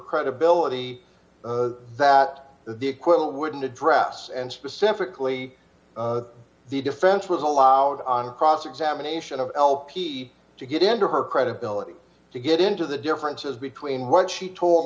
credibility that the acquittal wouldn't address and specifically the defense was allowed on cross examination of lp to get into her credibility to get into the differences between what she to